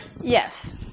Yes